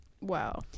wow